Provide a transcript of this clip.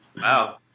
Wow